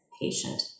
patient